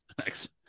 Next